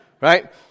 right